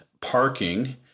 parking